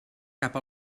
cap